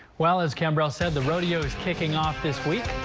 well as camera said the rodeo's kicking off this week,